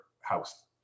house